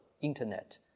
internet